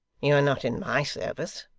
you are not in my service